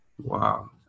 Wow